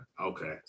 Okay